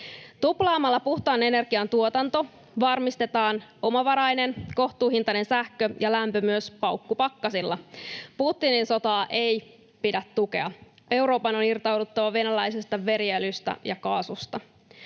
Tuplaamalla puhtaan energian tuotanto varmistetaan omavarainen kohtuuhintainen sähkö ja lämpö myös paukkupakkasilla. Putinin sotaa ei pidä tukea: Euroopan on irtauduttava venäläisestä veriöljystä ja -kaasusta.